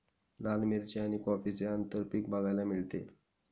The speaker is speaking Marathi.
लाल मिरची आणि कॉफीचे आंतरपीक बघायला मिळते